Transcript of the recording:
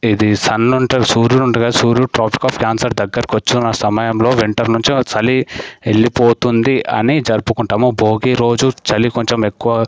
ఇది సన్ ఉంటుంది సూర్యుడు ఉంటుంది కదా సూర్యుడు ట్రాపిక్ ఆఫ్ క్యాన్సర్ దగ్గరికి వచ్చిన సమయంలో వింటర్ నుంచి చలి వెళ్ళిపోతుంది అని జరుపుకుంటాము భోగి రోజు చలి కొంచెం ఎక్కువ